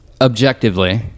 Objectively